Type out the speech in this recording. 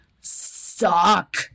suck